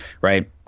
Right